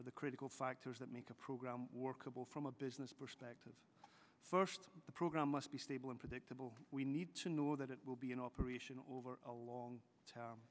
of the critical factors that make the program workable from a business perspective first the program must be stable and predictable we need to know that it will be in operation over a long time